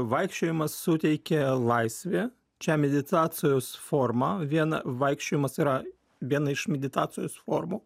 vaikščiojimas suteikia laisvę čia meditacijos forma viena vaikščiojimas yra viena iš meditacijos formų